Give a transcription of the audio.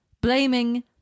blaming